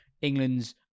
England's